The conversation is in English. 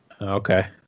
Okay